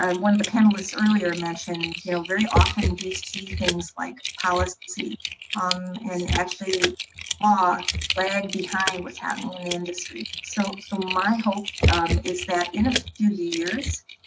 ah when the panelists earlier mentioned you know very often we see things like policy um and law actually ah lag behind what's happening in the industry so so my hope is that in a few years